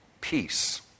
Peace